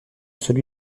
celui